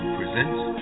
presents